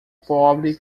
pobre